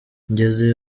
ngeze